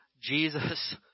Jesus